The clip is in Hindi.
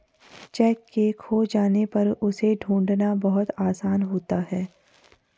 चैक के खो जाने पर उसे ढूंढ़ना बहुत आसान होता है